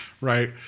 right